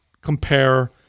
compare